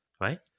right